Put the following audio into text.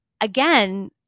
Again